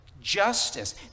Justice